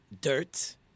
dirt